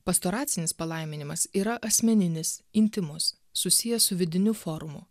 pastoracinis palaiminimas yra asmeninis intymus susijęs su vidiniu forumu